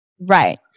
right